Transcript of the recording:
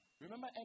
Remember